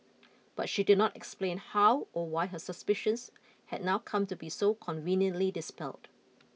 but she did not explain how or why her suspicions had now come to be so conveniently dispelled